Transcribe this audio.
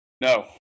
No